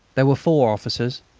there were four officers,